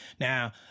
Now